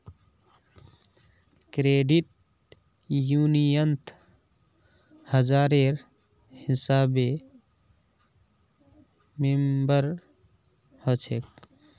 credit यूनियनत हजारेर हिसाबे मेम्बर हछेक